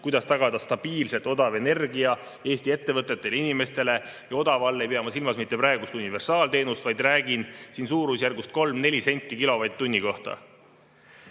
kuidas tagada stabiilselt odav energia Eesti ettevõtetele ja inimestele. Ja odava all ei pea ma silmas mitte praegust universaalteenust, vaid räägin suurusjärgust 3–4 senti kilovatt-tunni kohta.